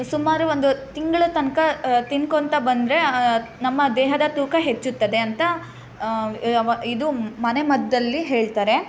ಸುಮಾರು ಒಂದು ತಿಂಗಳ ತನಕ ತಿನ್ಕೊಂತ ಬಂದರೆ ನಮ್ಮ ದೇಹದ ತೂಕ ಹೆಚ್ಚುತ್ತದೆ ಅಂತ ಇದು ಮನೆಮದ್ದಲ್ಲಿ ಹೇಳ್ತಾರೆ